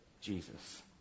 Jesus